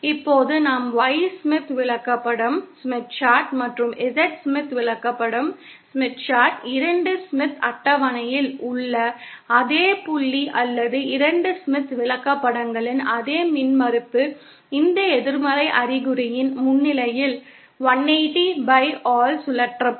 இப்போது நாம் Y Smith விளக்கப்படம் மற்றும் Z ஸ்மித் விளக்கப்படம் 2 ஸ்மித் அட்டவணையில் உள்ள அதே புள்ளி அல்லது 2 ஸ்மித் விளக்கப்படங்களின் அதே மின்மறுப்பு இந்த எதிர்மறை அறிகுறியின் முன்னிலையில் 180 by ஆல் சுழற்றப்படும்